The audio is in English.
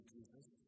Jesus